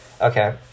Okay